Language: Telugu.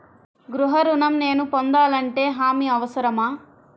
గృహ ఋణం నేను పొందాలంటే హామీ అవసరమా?